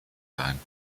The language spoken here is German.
sein